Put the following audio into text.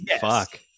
fuck